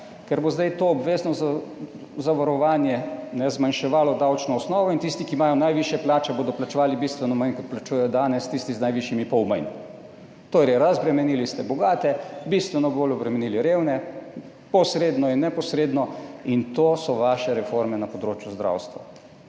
Ker bo zdaj to obvezno zavarovanje zmanjševalo davčno osnovo in tisti, ki imajo najvišje plače bodo plačevali bistveno manj kot plačujejo danes, tisti z najvišjimi pol manj. Torej, razbremenili ste bogate, bistveno bolj obremenili revne, posredno in neposredno in to so vaše reforme na področju zdravstva.